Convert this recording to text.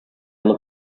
look